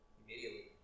immediately